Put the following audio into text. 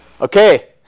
Okay